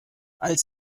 als